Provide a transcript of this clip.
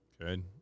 Good